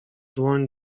dłoń